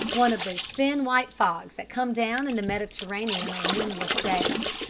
one of those thin white fogs that come down in the mediterranean on windless days.